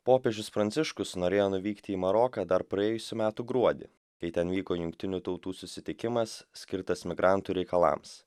popiežius pranciškus norėjo nuvykti į maroką dar praėjusių metų gruodį kai ten vyko jungtinių tautų susitikimas skirtas migrantų reikalams